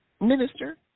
minister